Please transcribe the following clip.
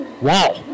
Wow